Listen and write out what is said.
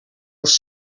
els